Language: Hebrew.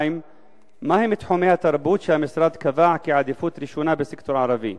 2. מהם תחומי התרבות שהמשרד קבע כעדיפות ראשונה בסקטור הערבי?